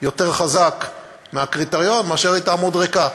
יותר חזק מהקריטריון מאשר שהיא תעמוד ריקה.